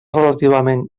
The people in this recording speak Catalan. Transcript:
relativament